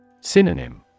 Synonym